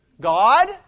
God